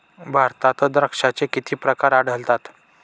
भारतात द्राक्षांचे किती प्रकार आढळतात?